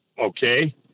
Okay